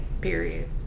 period